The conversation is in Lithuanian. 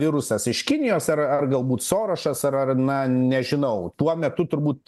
virusas iš kinijos ar ar galbūt sorošas ar ar na nežinau tuo metu turbūt